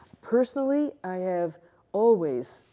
personally, i have always,